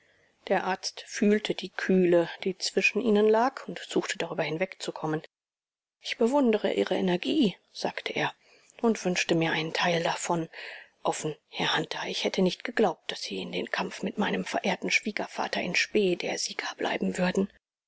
der arzt fühlte die kühle die zwischen ihnen lag und suchte darüber hinwegzukommen ich bewundere ihre energie sagte er und wünschte mir einen teil davon offen herr hunter ich hätte nicht geglaubt daß sie in den kampf mit meinem verehrten schwiegervater in spe der sieger bleiben würden